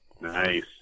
Nice